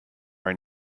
own